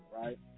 right